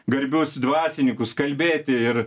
garbius dvasininkus kalbėti ir